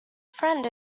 friend